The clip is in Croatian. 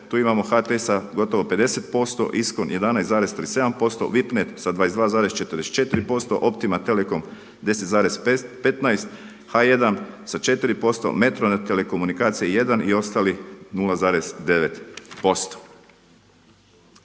tu imamo HT sa gotovo 50%, Iskon 11,37%, Vipnet sa 22,44%, Optima Telekom 10,15, H1 sa 4%, Metronet telekomunikacije 1 i ostali 0,9%.